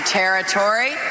territory